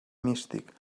místic